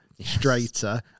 straighter